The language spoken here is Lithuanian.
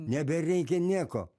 nebereikia nieko